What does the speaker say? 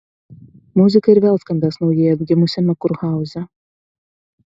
muzika ir vėl skambės naujai atgimusiame kurhauze